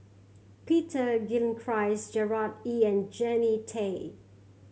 Peter Gilchrist Gerard Ee and Jannie Tay